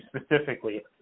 specifically